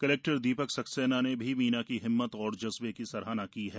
collector Deepak Saxena ने मीना की हिम्मत और जज्बे की सराहना की है